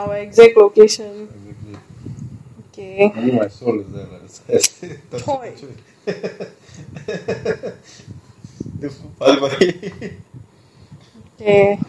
so right now okay ya so we see this one we go back to the detergent topic it is super low sud with fast stain removing advanced formula